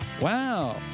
Wow